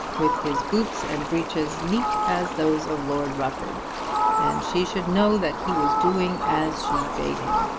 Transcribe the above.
with his boots and breeches neat as those of lord rufford and she should know that he was doing as she bade him.